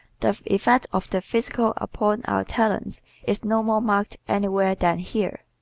the effect of the physical upon our talents is no more marked anywhere than here.